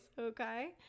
okay